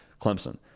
Clemson